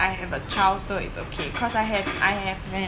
I have a child so is okay cause I have I have